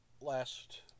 last